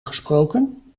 gesproken